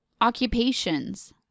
occupations